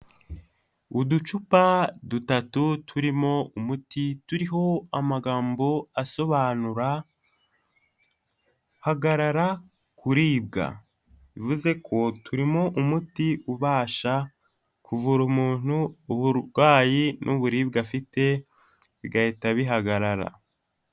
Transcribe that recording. Uducupa dutatu turimo umuti turiho amagambo asobanura "hagarara kuribwa." Bivuze ko turimo umuti ubasha kuvura umuntu uburwayi n'uburibwe afite bigahita bihagarara.